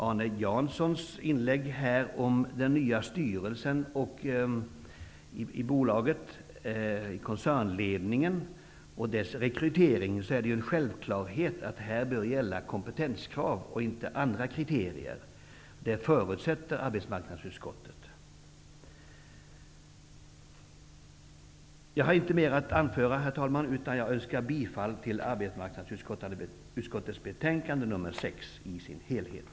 Arne Jansson talade i sitt anförande om styrelsen i det nya bolaget och om rekryteringen av koncernledningen. Det är en självklarhet att kompetenskrav och inte andra kriterier bör gälla här. Detta förutsätter arbetsmarknadsutskottet. Herr talman! Jag har inte mer att anföra, utan yrkar bifall till arbetsmarknadsutskottets hemställan i dess helhet.